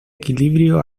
equilibrio